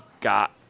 got